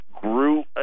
grew